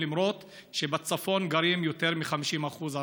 למרות שבצפון גרים יותר מ-50% ערבים.